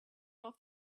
off